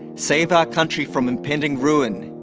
save our country from impending ruin.